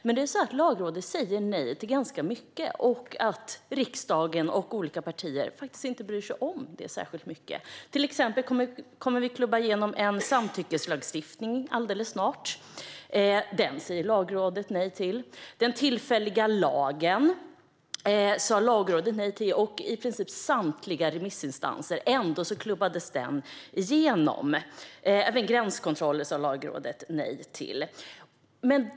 Men Lagrådet säger nej till ganska mycket, och riksdagen och olika partier bryr sig faktiskt inte om det särskilt mycket. Exempelvis kommer vi alldeles snart att klubba igenom en samtyckeslagstiftning. Den säger Lagrådet nej till. Den tillfälliga lagen sa Lagrådet och i princip samtliga remissinstanser också nej till. Ändå klubbades den igenom. Lagrådet sa även nej till gränskontroller.